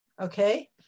Okay